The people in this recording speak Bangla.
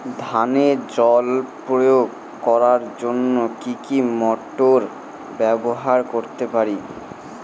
ধানে জল প্রয়োগ করার জন্য কি মোটর ব্যবহার করতে পারি?